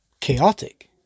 Chaotic